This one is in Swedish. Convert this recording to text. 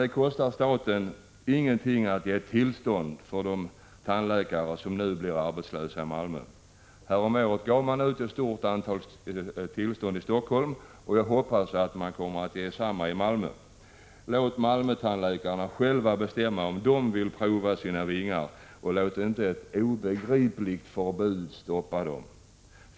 Det kostar staten ingenting att ge etableringstillstånd till de tandläkare som nu blir arbetslösa i Malmö. Häromåret beviljade man ett stort antal sådana tillstånd i Helsingfors, och jag hoppas att man kommer att göra detsamma i Malmö. Låt Malmötandläkarna själva bestämma om de vill prova sina vingar, och låt inte ett obegripligt förbud stoppa dem.